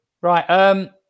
Right